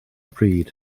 pryd